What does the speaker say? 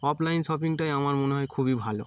offline শপিংটাই আমার মনে হয় খুবই ভালো